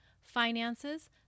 finances